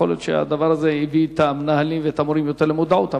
יכול להיות שזה הביא את המנהלים והמורים למודעות,